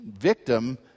victim